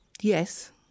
Yes